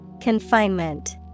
Confinement